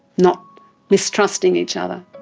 not mistrusting each other.